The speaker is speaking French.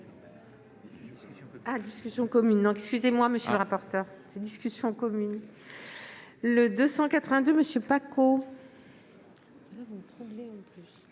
discussion commune.